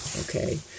okay